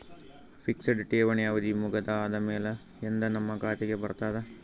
Fixed ಠೇವಣಿ ಅವಧಿ ಮುಗದ ಆದಮೇಲೆ ಎಂದ ನಮ್ಮ ಖಾತೆಗೆ ಬರತದ?